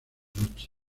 noche